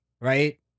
right